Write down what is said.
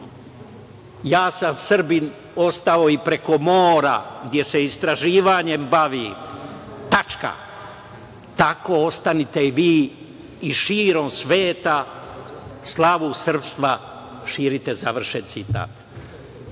ja sam Srbini ostao i preko mora, gde se istraživanjem bavim. Tako ostanite i vi i širom sveta slavu srpstva širite“, završen citat.